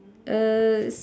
uh